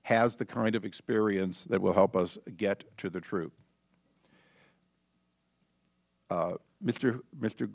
has the kind of experience that will help us get to the truth mr